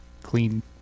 clean